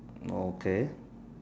okay